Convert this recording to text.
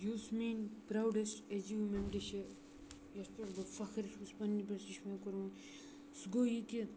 یُس میٛٲنۍ proudest achievement چھِ یَتھ پٮ۪ٹھ بہٕ فخر چھُس پنٛنہِ پٮ۪ٹھ تہِ چھِ مےٚ کوٚرمُت سُہ گوٚو یہِ کہِ